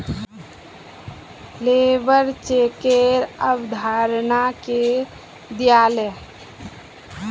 labour चेकेर अवधारणा के दीयाले